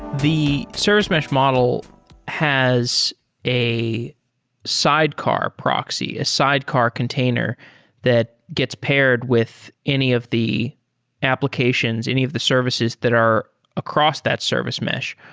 the service mesh model has a sidecar proxy, a sidecar container that gets paired with any of the applications, any of the services that are across that service mesh.